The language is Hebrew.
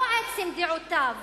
לא עצם דעותיו